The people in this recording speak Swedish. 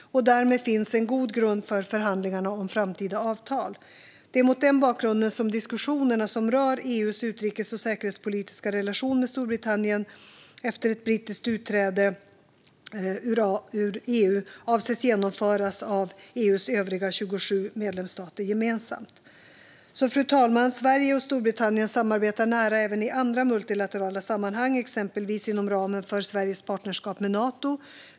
Därmed finns en god grund för förhandlingarna om framtida avtal. Det är mot den bakgrunden som diskussionerna som rör EU:s utrikes och säkerhetspolitiska relation med Storbritannien efter ett brittiskt utträde ur EU avses genomföras av EU:s övriga 27 medlemsstater gemensamt. Fru talman! Sverige och Storbritannien samarbetar nära även i andra multilaterala sammanhang, exempelvis inom ramen för Sveriges partnerskap med Nato.